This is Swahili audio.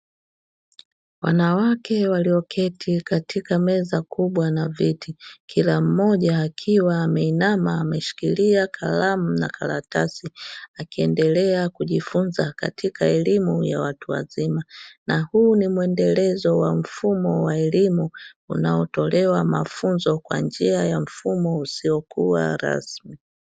Wanawake walioketi katika meza kubwa na viti, kila mmoja akiwa ameinama ameshikilia kalamu na karatasi akiendelea kujifunza katika elimu ya watu wazima. Na huu ni muendelezo wa mfumo wa elimu unaotolewa mafunzo kwa njia ya mfumo usiokuwa rasmi.